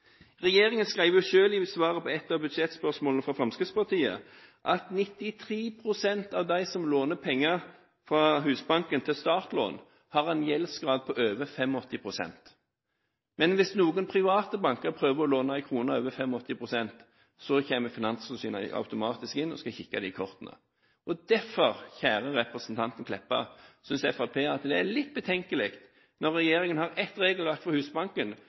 Regjeringen skrev selv i svaret på ett av budsjettspørsmålene fra Fremskrittspartiet at 93 pst. av dem som låner penger fra Husbanken til startlån, har en gjeldsgrad på over 85 pst. Men hvis noen private banker prøver å låne ut én krone over 85 pst., kommer Finanstilsynet automatisk inn og skal kikke dem i kortene. Derfor, kjære representant Kleppa, synes Fremskrittspartiet at det er litt betenkelig når regjeringen har ett regelverk for Husbanken